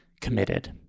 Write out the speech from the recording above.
committed